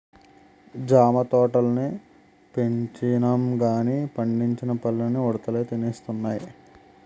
జామ తోటల్ని పెంచినంగానీ పండిన పల్లన్నీ ఉడతలే తినేస్తున్నాయి